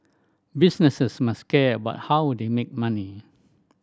businesses must care about how they make money